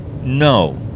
no